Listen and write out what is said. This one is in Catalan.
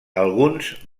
alguns